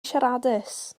siaradus